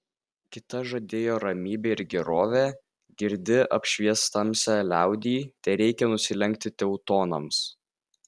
kita žadėjo ramybę ir gerovę girdi apšvies tamsią liaudį tereikia nusilenkti teutonams